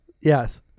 Yes